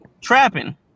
Trapping